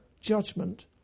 judgment